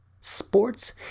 Sports